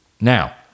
Now